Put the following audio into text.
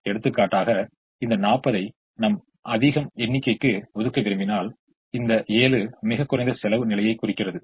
எடுத்துக்காட்டாக இந்த 40 ஐ நாம் அதிக எண்ணிக்கைக்கு ஒதுக்க விரும்பினால் இந்த 7 மிகக் குறைந்த செலவு நிலையைக் குறிக்கிறது